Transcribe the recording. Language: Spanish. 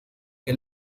que